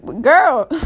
girl